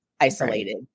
isolated